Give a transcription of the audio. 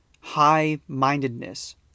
high-mindedness